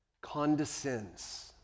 condescends